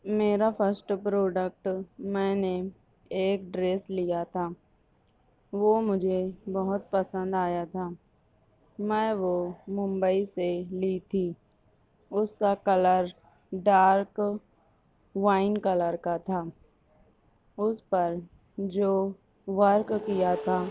میرا first product میں نے ایک ڈریس لیا تھا وہ مجھے بہت پسند آیا تھا میں وہ ممبئی سے لی تھی اس کا کلر ڈارک وائن کلر کا تھا اس پر جو ورک کیا تھا